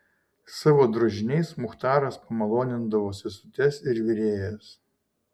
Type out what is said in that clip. savo drožiniais muchtaras pamalonindavo sesutes ir virėjas